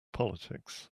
politics